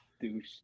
douche